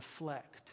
reflect